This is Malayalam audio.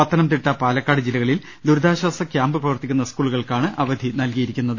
പത്തനംതിട്ട പാലക്കാട് ജില്ലകളിൽ ദുരിതാശ്ചാസ ക്യാമ്പ് പ്രവർത്തിക്കുന്ന സ്കൂളുകൾക്കാണ് അവധി നൽകിയിരിക്കുന്നത്